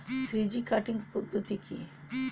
Three G cutting পদ্ধতি কি?